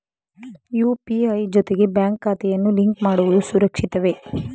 UPI ಜೊತೆಗೆ bank ಖಾತೆಯನ್ನು link ಮಾಡುವುದು ಸುರಕ್ಷಿತವೇ?